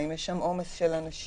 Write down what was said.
האם יש שם עומס של אנשים?